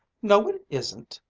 no, it isn't!